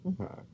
Okay